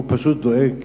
הוא פשוט דואג